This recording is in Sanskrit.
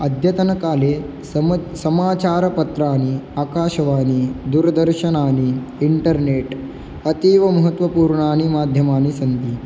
अद्यतनकाले सम समाचारपत्राणि आकाशवाणी दूरदर्शनानि इण्टर्नेट् अतीव महत्वपूर्णानि माध्यमानि सन्ति